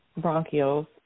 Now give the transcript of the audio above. bronchioles